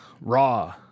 Raw